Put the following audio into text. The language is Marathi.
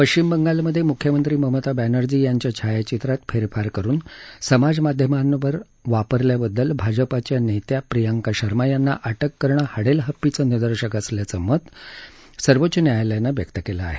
पश्चिम बंगालमधे मुख्यमंत्री ममता बॅनर्जी यांच्या छायाचित्रात फेरफार करून समाजमाध्यमांवर वापरल्याबद्दल भाजपा नेत्या प्रियंका शर्मा यांना अटक करणं हडेल हप्पीचं निदर्शक असल्याचं मत सर्वोच्च न्यायालयानं व्यक्त केलं आहे